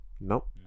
Nope